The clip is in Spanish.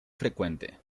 frecuente